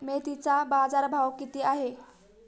मेथीचा बाजारभाव किती आहे?